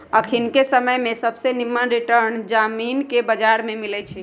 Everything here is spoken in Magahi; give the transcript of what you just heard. अखनिके समय में सबसे निम्मन रिटर्न जामिनके बजार में मिलइ छै